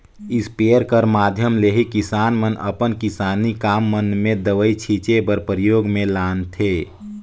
sprayer कर माध्यम ले ही किसान मन अपन किसानी काम मन मे दवई छीचे बर परियोग मे लानथे